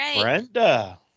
Brenda